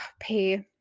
pay